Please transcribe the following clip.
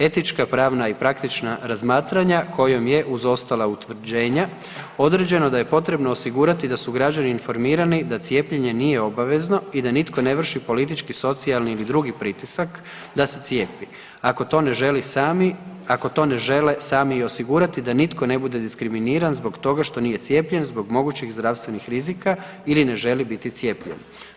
Etička, pravna i praktična razmatranja kojom je uz ostala utvrđena određeno da je potrebno osigurati da su građani informirani da cijepljenje nije obavezno i da nitko ne vrši politički, socijalni ili drugi pritisak da se cijepi, ako to ne žele sami osigurati da nitko ne bude diskriminiran zbog toga što nije cijepljen zbog mogućih zdravstvenih rizika ili ne želi biti cijepljen.